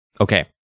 Okay